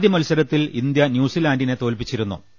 ആദ്യ മത്സരത്തിൽ ഇന്ത്യ ന്യൂസിലാന്റിനെ തോൽപ്പിച്ചിരു ന്നു